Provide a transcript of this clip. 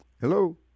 Hello